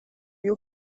you